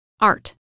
art